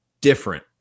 different